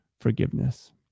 forgiveness